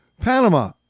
Panama